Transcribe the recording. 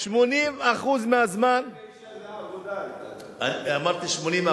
80% מהזמן, ב-1999 העבודה היתה, דרך אגב.